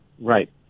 Right